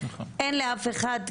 אין לאף אחד,